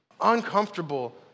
uncomfortable